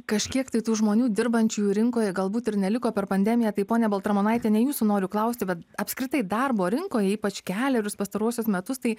kažkiek tai tų žmonių dirbančiųjų rinkoj galbūt ir neliko per pandemiją tai ponia baltramonaitiene jūsų noriu klausti vat apskritai darbo rinkoje ypač kelerius pastaruosius metus tai